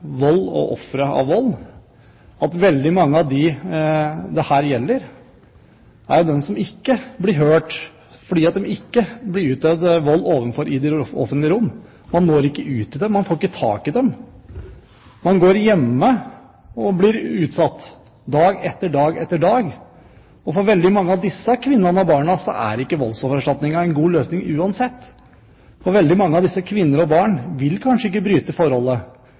vold og ofre for vold at veldig mange av dem det her gjelder, er de som ikke blir hørt, fordi det ikke blir utøvd vold mot dem i det offentlige rom. Man når ikke ut til dem, man får ikke tak i dem. De går hjemme og blir utsatt for vold dag etter dag. For veldig mange av disse kvinnene og barna er ikke voldsoffererstatningen en god løsning uansett, for veldig mange av disse kvinnene og barna vil kanskje ikke bryte forholdet,